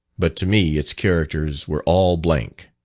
but to me its characters were all blank.